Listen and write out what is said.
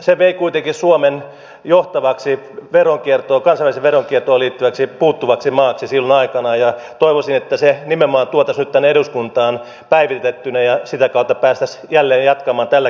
se vei kuitenkin suomen johtavaksi kansainväliseen veronkiertoon puuttuvaksi maaksi silloin aikanaan ja toivoisin että se nimenomaan tuotaisiin nyt tänne eduskuntaan päivitettynä ja sitä kautta päästäisiin jälleen jatkamaan tällä kehityslinjalla